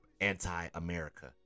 anti-America